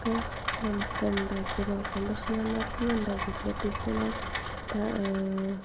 നമുക്ക് ഉണ്ടാക്കി നോക്കാം പഷെ ഞാനതൊന്നും ഉണ്ടാക്കിയിട്ടില്ല പിസ്സ ഞാൻ